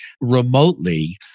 remotely